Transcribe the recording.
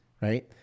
right